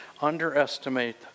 underestimate